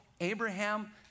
Abraham